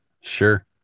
Sure